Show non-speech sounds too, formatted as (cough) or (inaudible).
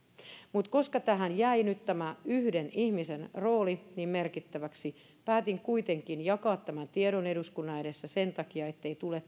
mutta koska tähän jäi nyt tämä yhden ihmisen rooli niin merkittäväksi niin päätin kuitenkin jakaa tämän tiedon eduskunnan edessä sen takia ettei tule (unintelligible)